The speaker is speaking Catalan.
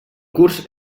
curs